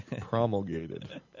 Promulgated